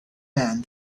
men